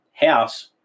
house